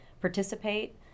participate